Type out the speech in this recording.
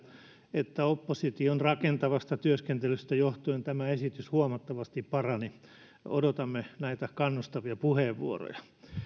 että opposition rakentavasta työskentelystä johtuen tämä esitys huomattavasti parani odotamme näitä kannustavia puheenvuoroja